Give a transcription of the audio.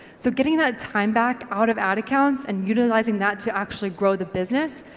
so getting that time back out of ad accounts and utilising that to actually grow the business,